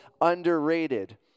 underrated